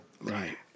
Right